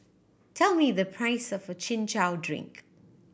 tell me the price of Chin Chow drink